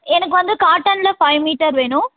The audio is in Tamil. எனக்கு வந்து காட்டனில் ஃபைவ் மீட்டர் வேணும்